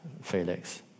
Felix